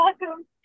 welcome